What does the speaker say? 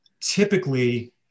typically